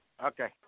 Okay